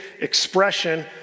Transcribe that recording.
expression